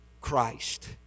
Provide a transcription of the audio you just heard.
Christ